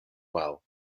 well